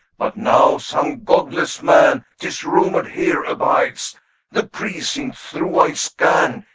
but now some godless man, tis rumored, here abides the precincts through i scan,